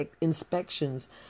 inspections